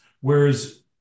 whereas